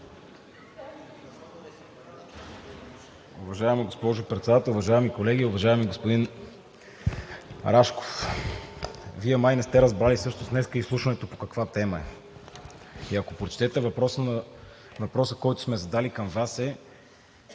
Уважаема госпожо Председател, уважаеми колеги! Уважаеми господин Рашков, Вие май не сте разбрали всъщност днес изслушването по каква тема е. Ако прочетете въпроса, който сме задали към Вас,